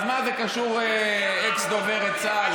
אז מה זה קשור אקס דוברת צה"ל?